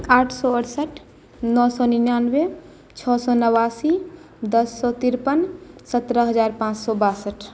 आठ सए अरसठि नओ सए निनानबे छओ सए नबासी दस सए तिरपन सत्रह हजार पाँच सए बासठि